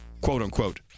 quote-unquote